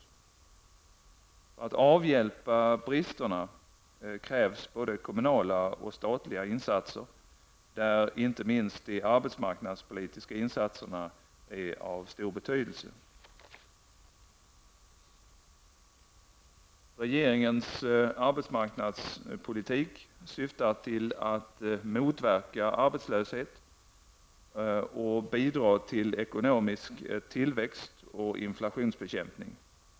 För att avhjälpa bristerna krävs både kommunala och statliga insatser, där inte minst de arbetsmarknadspolitiska insatserna är av stor betydelse. Regeringens arbetsmarknadspolitik syftar till att motverka arbetslöshet och bidra till ekonomisk tillväxt och inflationsbekämpning.